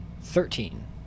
Thirteen